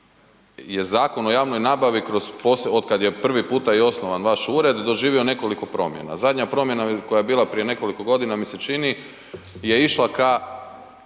je Zakon o javnoj nabavi od kada je prvi puta osnovan vaš ured doživio nekoliko promjena. Zadnja promjena koja je bila prije nekoliko godina mi se čini je išla k